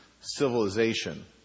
civilization